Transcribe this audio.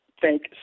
thank